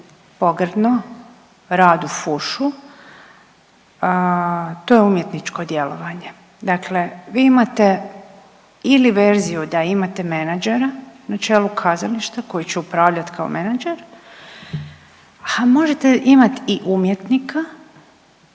pogrdno rad u fušu, to je umjetničko djelovanje, dakle vi imate ili verziju da imate menadžera na čelu kazališta koji će upravljati kao menadžer, ha možete imati i umjetnika